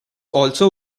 also